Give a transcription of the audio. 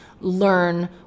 learn